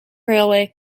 railway